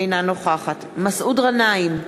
אינה נוכחת מסעוד גנאים,